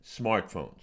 smartphones